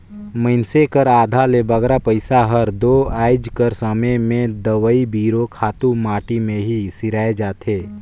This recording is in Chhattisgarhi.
मइनसे कर आधा ले बगरा पइसा हर दो आएज कर समे में दवई बीरो, खातू माटी में ही सिराए जाथे